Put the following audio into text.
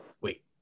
Wait